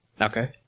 Okay